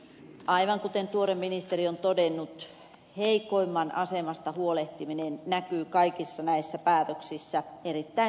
aivan kuten tuore ministeri on todennut heikoimman asemasta huolehtiminen näkyy kaikissa näissä päätöksissä erittäin selkeästi